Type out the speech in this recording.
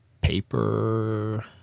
paper